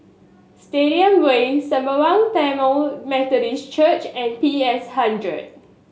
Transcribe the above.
Stadium Way Sembawang Tamil Methodist Church and P S Hundred